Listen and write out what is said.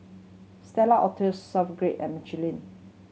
Stella Artois Swissgear and Michelin